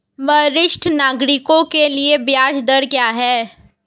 वरिष्ठ नागरिकों के लिए ब्याज दर क्या हैं?